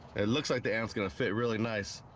it looks like the amps gonna fit really nice